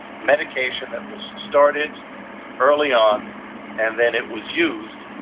medication that was started early on and then it was used